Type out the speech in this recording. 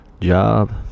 job